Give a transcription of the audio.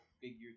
figure